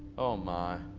oh my,